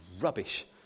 rubbish